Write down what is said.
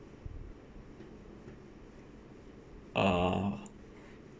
uh